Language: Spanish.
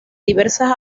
diversas